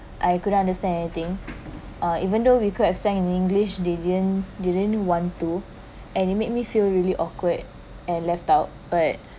I couldn’t understand anything uh even though we could have sang in english they didn't they didn't want to and it made me feel really awkward and left out but